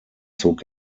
zog